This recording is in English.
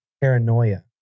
Paranoia